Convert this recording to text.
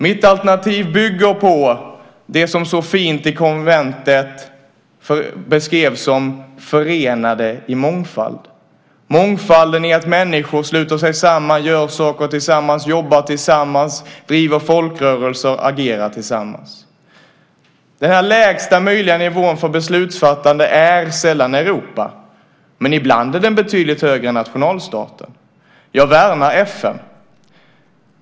Mitt alternativ bygger på det som i konventet så fint beskrevs med orden "förenade i mångfald", mångfalden i att människor sluter sig samman, gör saker tillsammans, jobbar tillsammans, driver folkrörelser och agerar tillsammans. Denna lägsta möjliga nivån för beslutsfattande är sällan Europa, men ibland är den betydligt högre än nationalstaten. Jag värnar FN.